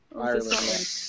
Ireland